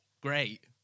great